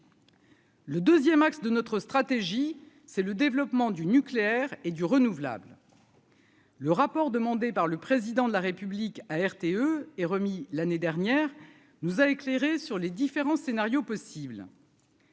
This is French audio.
Le 2ème, axe de notre stratégie, c'est le développement du nucléaire et du renouvelable. Le rapport demandé par le président de la République à RTE et remis l'année dernière nous a éclairé sur les différents scénarios possibles.